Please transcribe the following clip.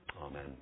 Amen